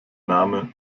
name